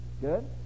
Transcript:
good